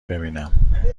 ببینم